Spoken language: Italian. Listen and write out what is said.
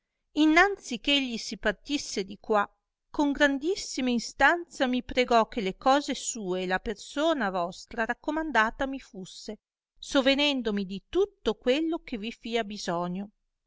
innanzi eh egli si partisse di qua con grandissima instanza mi pregò che le cose sue e la persona vostra raccomandata mi fusse sovenendovi di tutto quello che vi fia bisogno